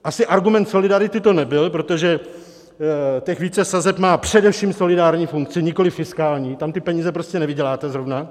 Asi argument solidarity to nebyl, protože těch více sazeb má především solidární funkce, nikoliv fiskální, tam ty peníze prostě nevyděláte zrovna.